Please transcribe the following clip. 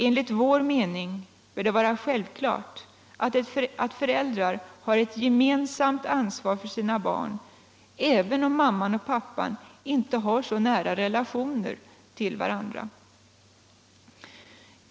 Enligt vår mening bör det vara självklart att föräldrar har ett gemensamt ansvar för sina barn, även om mamman och pappan inte har så nära relationer till varandra.